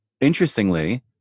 Interestingly